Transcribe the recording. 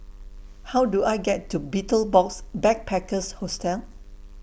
How Do I get to Betel Box Backpackers Hostel